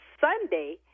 sunday